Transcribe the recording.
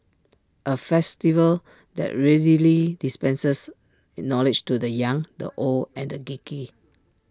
A festival that readily dispenses knowledge to the young the old and the geeky